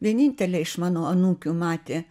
vienintelę iš mano anūkių matė